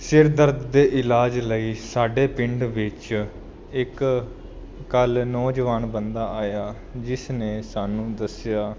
ਸਿਰ ਦਰਦ ਦੇ ਇਲਾਜ ਲਈ ਸਾਡੇ ਪਿੰਡ ਵਿੱਚ ਇੱਕ ਕੱਲ੍ਹ ਨੌਜਵਾਨ ਬੰਦਾ ਆਇਆ ਜਿਸ ਨੇ ਸਾਨੂੰ ਦੱਸਿਆ